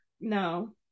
no